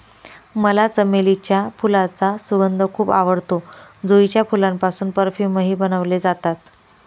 मला चमेलीच्या फुलांचा सुगंध खूप आवडतो, जुईच्या फुलांपासून परफ्यूमही बनवले जातात